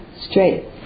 straight